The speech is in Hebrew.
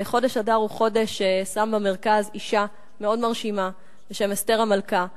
חודש אדר הוא חודש ששם במרכז אשה מאוד מרשימה בשם אסתר המלכה,